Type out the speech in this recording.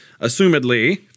assumedly